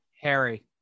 harry